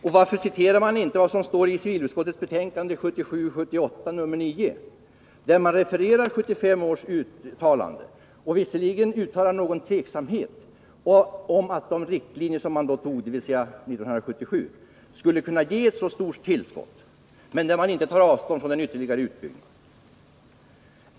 Och varför citerar man inte vad som står i civilutskottets betänkande 1977/78:9, där man refererar 1975 års uttalande och visserligen uttalar någon tveksamhet om att de riktlinjer som antogs 1977 skulle kunna ge så stort tillskott men där man inte tar avstånd från ytterligare utbyggnad?